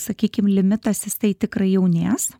sakykim limitas jis tai tikrai jaunės